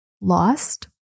lost